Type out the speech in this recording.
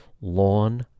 lawn